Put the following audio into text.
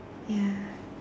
ya